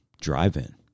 Drive-In